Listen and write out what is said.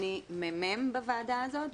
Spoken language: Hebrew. אני מ"מ בוועדה הזאת,